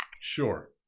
Sure